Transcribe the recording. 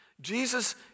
Jesus